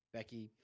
Becky